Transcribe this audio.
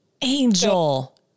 angel